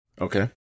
Okay